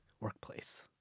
workplace